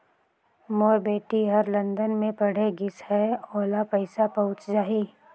मोर बेटी हर लंदन मे पढ़े गिस हय, ओला पइसा पहुंच जाहि?